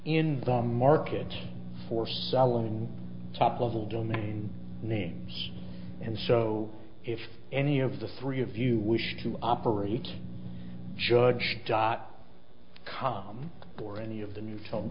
the market for selling top level domain names and so if any of the three of you wish to operate judge dot com or any of the new f